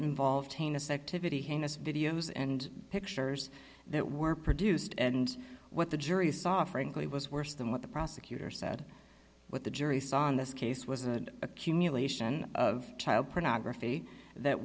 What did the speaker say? involved heinous activity heinous videos and pictures that were produced and what the jury saw frankly was worse than what the prosecutor said what the jury saw in this case was an accumulation of child pornography that